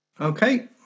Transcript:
Okay